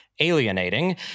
alienating